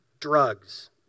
Drugs